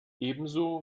ebenso